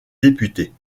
députés